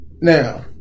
Now